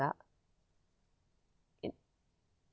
kak